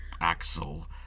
Axel